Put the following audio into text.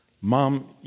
Mom